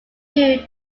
due